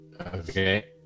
Okay